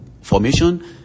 formation